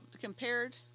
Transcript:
compared